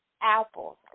apples